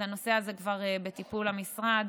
אז הנושא הזה כבר בטיפול המשרד.